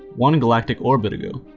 one in galactic orbit ago.